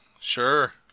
Sure